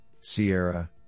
Sierra